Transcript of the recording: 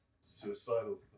suicidal